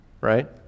right